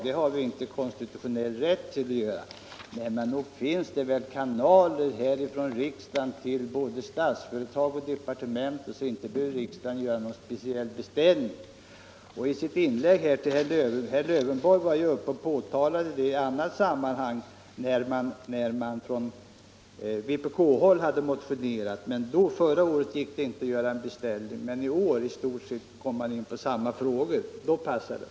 Men nog finns det väl kanaler från riksdagen till både Statsföretag och departementet, och inte behöver väl riksdagen göra någon speciell beställning. När man från vpk-håll förra året hade motionerat gick det inte, som herr Lövenborg påtalade, att göra en beställning, men när det i år gäller i stort sett samma frågor passar det.